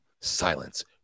Silence